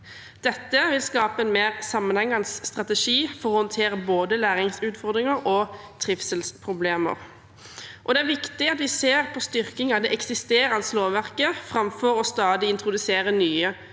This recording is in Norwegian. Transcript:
Dette vil skape en mer sammenhengende strategi for å håndtere både læringsutfordringer og trivselsproblemer. Det er viktig at vi ser på styrking av det eksisterende lovverket framfor å stadig introdusere nye strukturer.